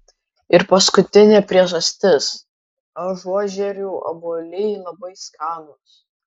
ir paskutinė priežastis ažuožerių obuoliai labai skanūs